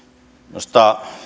minusta